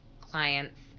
clients